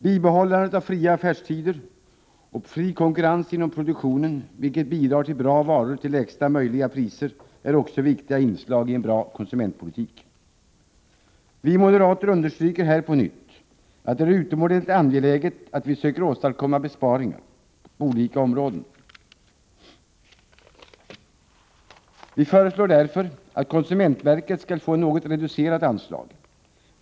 Bibehållandet av fria affärstider och fri konkurrens inom produktionen, vilket bidrar till bra varor till lägsta möjliga priser, är också viktiga inslag i en bra konsumentpolitik. Vi moderater understryker här på nytt, att det är utomordentligt angeläget att vi söker åstadkomma besparingar på olika områden. Vi föreslår därför att konsumentverket skall få ett något reducerat anslag.